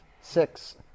six